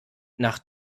nach